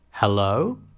Hello